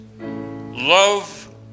Love